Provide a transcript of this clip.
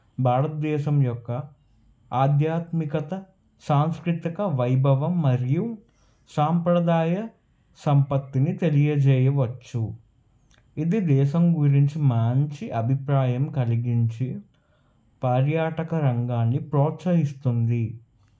భారద్దేశం యొక్క ఆధ్యాత్మికత సాంస్కృతిక వైభవం మరియు సాంప్రదాయ సంపత్తిని తెలియజేయవచ్చు ఇది దేశం గురించి మాంచి అభిప్రాయం కలిగించి పర్యాటక రంగాన్ని ప్రోత్సహిస్తుంది